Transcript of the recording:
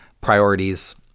priorities